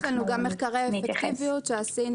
יש לנו מחקרי אפקטיביות שעשינו